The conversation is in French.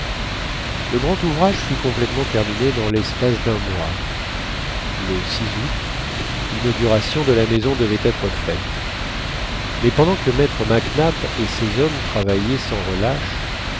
le grand ouvrage fut complètement terminé dans l'espace d'un mois le août l'inauguration de la maison devait être faite mais pendant que maître mac nap et ses hommes travaillaient sans relâche